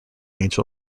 angel